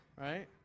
right